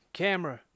camera